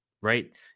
right